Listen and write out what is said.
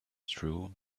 true